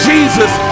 Jesus